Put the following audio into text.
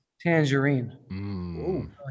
tangerine